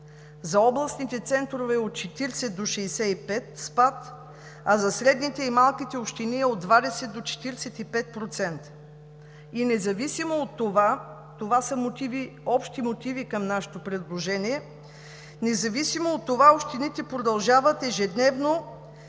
за областните центрове е от 40 до 65% спад, а за средните и малките общини е от 20 до 45%. Това са общите мотиви към нашето предложение. Независимо от това общините продължават ежедневно